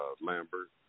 Lambert